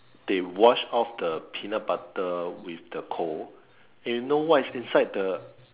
they wash off the peanut butter with the coal and you know what is inside the